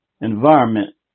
environment